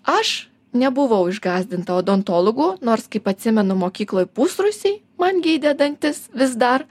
aš nebuvau išgąsdinta odontologų nors kaip atsimenu mokykloj pusrūsy man gydė dantis vis dar